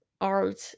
art